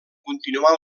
continuar